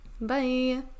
Bye